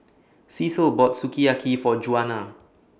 Cecile bought Sukiyaki For Djuana